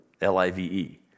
L-I-V-E